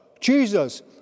Jesus